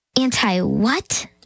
Anti-what